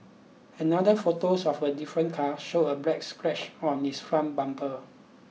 another photos of a different car showed a black scratch on its front bumper